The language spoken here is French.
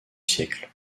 siècle